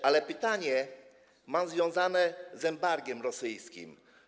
Mam pytanie związane z embargiem rosyjskim.